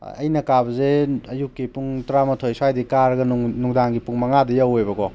ꯑꯩꯅ ꯀꯥꯕꯁꯦ ꯑꯌꯨꯛꯀꯤ ꯄꯨꯡ ꯇꯔꯥ ꯃꯥꯊꯣꯏ ꯁ꯭ꯋꯥꯏꯗꯒꯤ ꯀꯥꯔꯒ ꯅꯨꯡꯗꯥꯡꯒꯤ ꯄꯨꯡ ꯃꯉꯥꯗ ꯌꯧꯋꯦꯕ ꯀꯣ